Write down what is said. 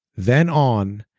then on,